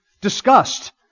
disgust